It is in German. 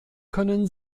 können